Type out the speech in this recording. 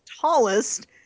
tallest